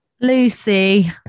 Lucy